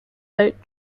boat